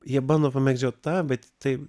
jie bando pamėgdžiot tą bet tai